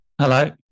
Hello